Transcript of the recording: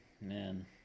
man